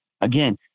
Again